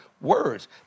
words